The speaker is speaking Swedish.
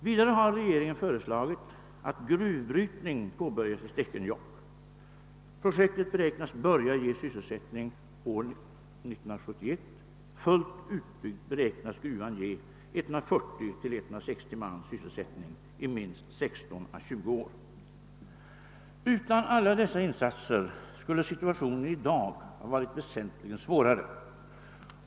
Vidare har regeringen föreslagit att gruvbrytning påbörjas i Stekenjokk. Projektet beräknas börja ge sysselsättning från år 1971. Fullt utbyggd beräknas gruvan ge 140—160 man sysselsättning i minst 16—20 år. Utan alla dessa insatser skulle situationen i dag ha varit väsentligt svårare.